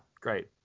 great